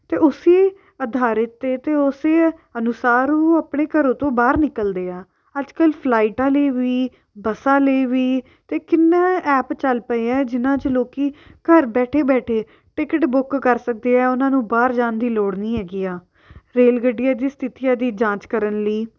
ਅਤੇ ਉਸੇ ਆਧਾਰਿਤ 'ਤੇ ਅਤੇ ਉਸੇ ਅਨੁਸਾਰ ਉਹ ਆਪਣੇ ਘਰੋਂ ਤੋਂ ਬਾਹਰ ਨਿਕਲਦੇ ਆ ਅੱਜ ਕੱਲ੍ਹ ਫਲਾਈਟਾਂ ਲਈ ਵੀ ਬੱਸਾਂ ਲਈ ਵੀ ਤਾਂ ਕਿੰਨੇ ਐਪ ਚੱਲ ਪਏ ਹੈ ਜਿਨ੍ਹਾਂ 'ਚ ਲੋਕ ਘਰ ਬੈਠੇ ਬੈਠੇ ਟਿਕਟ ਬੁੱਕ ਕਰ ਸਕਦੇ ਆ ਉਹਨਾਂ ਨੂੰ ਬਾਹਰ ਜਾਣ ਦੀ ਲੋੜ ਨਹੀਂ ਹੈਗੀ ਆ ਰੇਲਗੱਡੀਆਂ ਦੀ ਸਥਿਤੀਆਂ ਦੀ ਜਾਂਚ ਕਰਨ ਲਈ